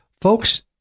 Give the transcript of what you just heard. Folks